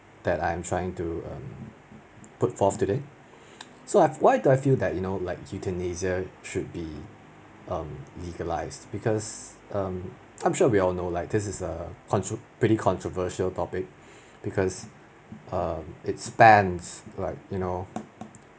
that I am trying to um put forth today so I have why do I feel that you know like euthanasia should be um legalised because um I'm sure we all know like this is a contro~ pretty controversial topic because um is spans like you know